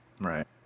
Right